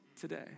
today